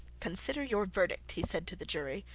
consider your verdict he said to the jury,